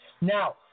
Now